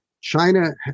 China